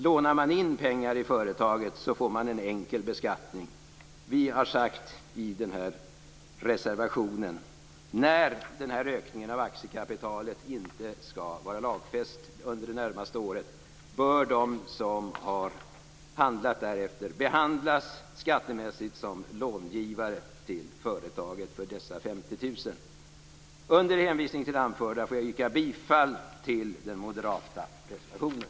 Om man lånar in pengar i företaget får man en enkel beskattning. Vi har sagt i reservationen att när ökningen av aktiekapitalet inte skall vara lagfäst under det närmaste året bör de som har handlat därefter behandlas skattemässigt som långivare till företaget för dessa 50 000 kr. Under hänvisning till det anförda får jag yrka bifall till den moderata reservationen.